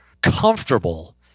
comfortable